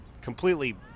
completely